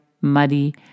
muddy